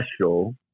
special